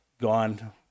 gone